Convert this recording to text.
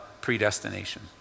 predestination